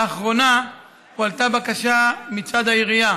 לאחרונה הועלתה בקשה מצד העירייה